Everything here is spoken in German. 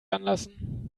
anlassen